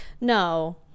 No